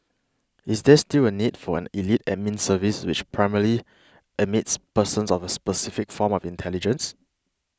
is there still a need for an elite Admin Service which primarily admits persons of a specific form of intelligence